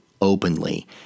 openly